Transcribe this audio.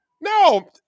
No